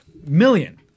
million